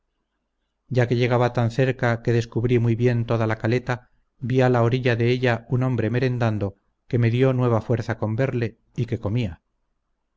ya que llegaba tan cerca que descubrí muy bien toda la caleta vi a la orilla de ella un hombre merendando que me dio nueva fuerza con verle y que comía